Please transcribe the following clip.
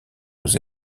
aux